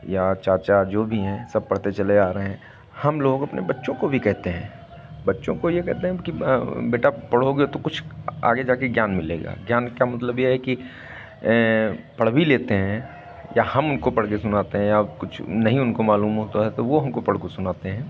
या चाचा जो भी हैं सब पढ़ते चले आ रहे हैं हम लोग अपने बच्चों को भी कहते हैं बच्चों को ये कहते हैं कि बेटा पढ़ोगे तो कुछ आगे जाके ज्ञान मिलेगा ज्ञान का मतलब ये है कि पढ़ भी लेते हैं या हम उनको पढ़ के सुनाते हैं अब कुछ नहीं उनको मालूम होता है तो वो हमको पढ़ के सुनाते हैं